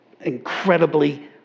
incredibly